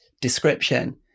description